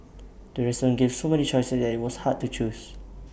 the restaurant gave so many choices that IT was hard to choose